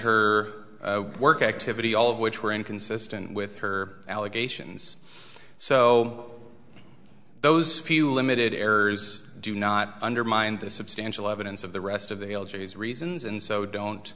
her work activity all of which were inconsistent with her allegations so those few limited errors do not undermine the substantial evidence of the rest of the algaes reasons and so don't